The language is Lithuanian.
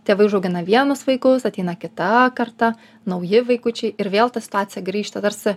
tėvai užaugina vienus vaikus ateina kita karta nauji vaikučiai ir vėl ta situacija grįžta tarsi